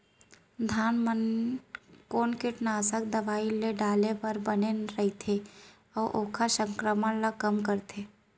धान म कोन कीटनाशक दवई ल डाले बर बने रइथे, अऊ ओखर संक्रमण ल कम करथें?